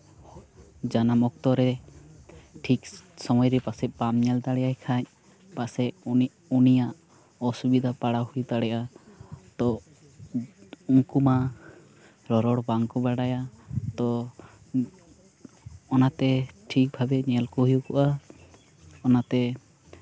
ᱡᱟᱱᱟᱢ ᱚᱠᱛᱚ ᱨᱮ ᱴᱷᱤᱠ ᱥᱚᱢᱚᱭ ᱨᱮ ᱯᱟᱥᱮᱡ ᱵᱟᱢ ᱧᱮᱞ ᱫᱟᱲᱮᱭᱟᱭ ᱠᱷᱟᱡ ᱯᱟᱥᱮᱡ ᱩᱱᱤᱭᱟᱜ ᱚᱥᱩᱵᱤᱫᱟ ᱯᱟᱲᱟᱣ ᱦᱩᱭ ᱫᱟᱲᱮᱭᱟᱜᱼᱟ ᱛᱚ ᱩᱱᱠᱩ ᱢᱟ ᱨᱚᱨᱚᱲ ᱵᱟᱝᱠᱚ ᱟᱲᱟᱭᱟ ᱛᱚ ᱚᱱᱟᱛᱮ ᱴᱷᱤᱠ ᱴᱷᱤᱠ ᱵᱷᱟᱵᱮ ᱧᱮᱞ ᱠᱚ ᱦᱩᱭᱩᱜᱼᱟ ᱚᱱᱟᱛᱮ